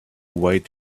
wait